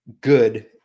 good